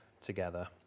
together